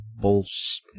bulls